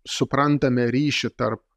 suprantame ryšį tarp